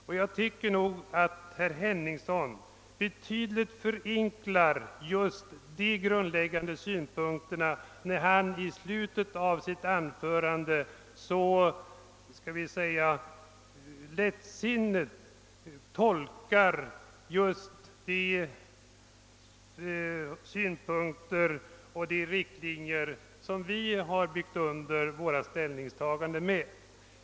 Och jag tycker att herr Henningsson betydligt förenklade de grundläggande betrakelsesätten när han i slutet av sitt anförande så lättsinnigt — jag tillåter mig använda det uttrycket — tolkade de synpunkter enligt vilka vi dragit upp riktlinjerna och underbyggt våra ställ ningstaganden.